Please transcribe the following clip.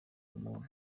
umuntu